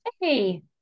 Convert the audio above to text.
hey